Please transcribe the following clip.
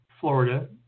Florida